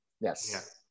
Yes